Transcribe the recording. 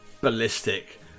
ballistic